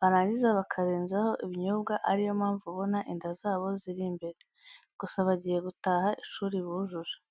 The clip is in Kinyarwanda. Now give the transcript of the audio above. barangiza bakarenzaho ibinyobwa ariyo mpamvu ubona inda zabo ziri imbere. Gusa bagiye gutaha ishuri bujuje.